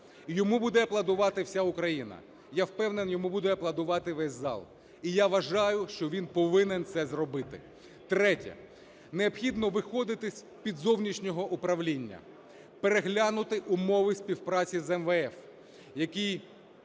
йому буде аплодувати вся Україна, я впевнений, йому буде аплодувати весь зал. І я вважаю, що він повинен це зробити. Третє. Необхідно виходити з-під зовнішнього управління. Переглянути умови співпраці з МВФ, які,